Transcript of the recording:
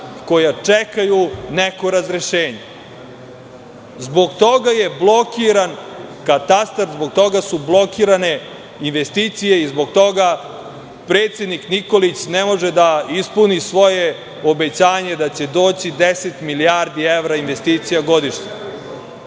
koji čekaju neko razrešenje. Zbog toga je blokiran katastar, zbog toga su blokirane investicije i zbog toga predsednik Nikolić ne može da ispuni svoje obećanje da će doći 10 milijardi evra investicija godišnje. Bez